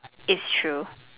its true